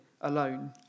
alone